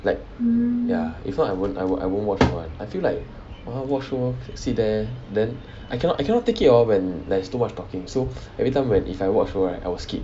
like ya if not I won't I won't watch one I feel like !walao! watch show sit there then I cannot I cannot take it hor when there is too much talking so everytime when if I watch show right I will skip